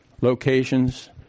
locations